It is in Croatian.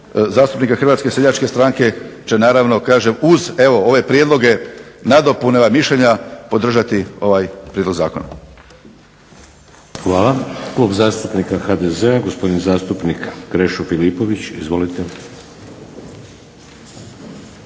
zastupnika Hrvatske seljačke stranke će naravno kažem uz ove prijedloge, nadopune, mišljenja podržati ovaj prijedlog zakona. **Šeks, Vladimir (HDZ)** Hvala. Klub zastupnika HDZ-a, gospodin zastupnik Krešo Filipović. Izvolite.